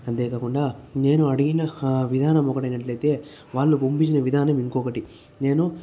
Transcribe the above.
అంతే కాకుండా నేను అడిగిన విధానం ఒకటి అయినట్టయితే వాళ్ళు పంపించిన విధానం ఇంకొకటి నేను